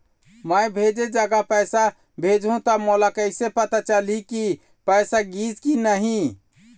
मैं भेजे जगह पैसा भेजहूं त मोला कैसे पता चलही की पैसा गिस कि नहीं?